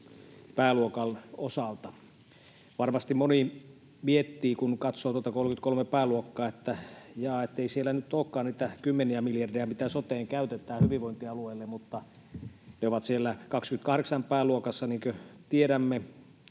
pääluokan osalta. Varmasti moni miettii, kun katsoo tuota pääluokkaa 33, että jaa, ei siellä nyt olekaan niitä kymmeniä miljardeja, mitä soteen käytetään, hyvinvointialueille, mutta ne ovat siellä pääluokassa 28, niin kuin tiedämme,